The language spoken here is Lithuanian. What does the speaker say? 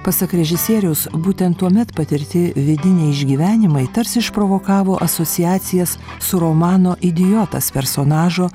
pasak režisieriaus būtent tuomet patirti vidiniai išgyvenimai tarsi išprovokavo asociacijas su romano idiotas personažo